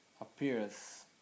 appears